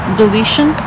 deletion